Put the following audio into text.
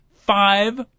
five